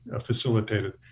facilitated